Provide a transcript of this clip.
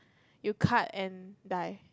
you cut and dye